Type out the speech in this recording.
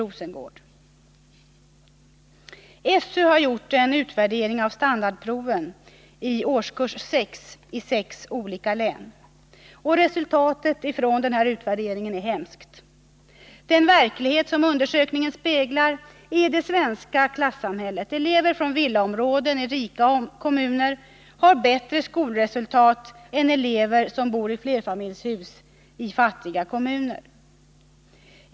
Skolöverstyrelsen har gjort en utvärdering av standardproven i årskurs 6 i sex olika län. Resultatet är hemskt. Den verklighet som undersökningen speglar är det svenska klassamhället. Elever från villaområden i rika kommuner har bättre skolresultat än elever som bor i flerfamiljshus i fattiga kommuner.